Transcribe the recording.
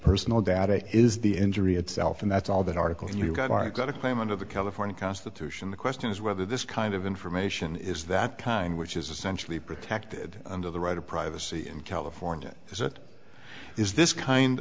personal data is the injury itself and that's all that article you got i got a claim under the california constitution the question is whether this kind of information is that kind which is essentially protected under the right of privacy in california is it is this kind